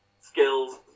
skills